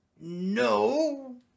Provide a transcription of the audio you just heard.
No